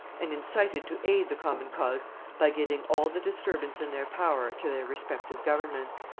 and incited to aid the common cause by giving all the disturbance in their power to their respective governments.